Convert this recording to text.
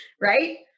right